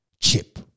chip